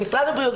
במשרד הבריאות,